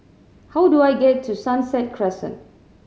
how do I get to Sunset Crescent